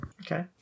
Okay